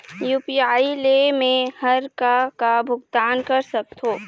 UPI ले मे हर का का भुगतान कर सकत हो?